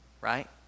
Right